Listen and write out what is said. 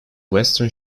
western